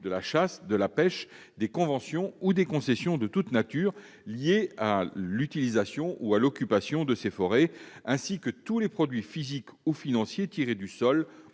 de la chasse, de la pêche et des conventions ou concessions de toute nature liées à l'utilisation ou à l'occupation de ces forêts, ainsi que tous les produits physiques ou financiers tirés du sol